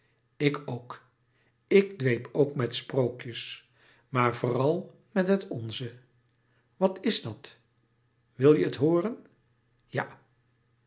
ik ook ik dweep ook met sprookjes maar vooral met het onze wat is dat wil je het hooren ja